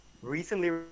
Recently